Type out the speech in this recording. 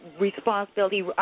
responsibility